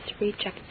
rejected